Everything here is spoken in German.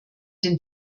den